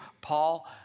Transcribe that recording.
Paul